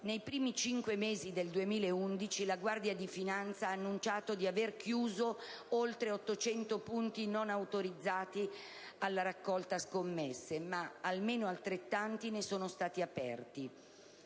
Nei primi cinque mesi del 2011, la Guardia di finanza ha annunciato di aver chiuso oltre 800 punti non autorizzati alla raccolta scommesse, ma almeno altrettanti ne sono stati aperti.